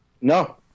No